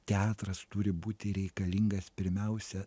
teatras turi būti reikalingas pirmiausia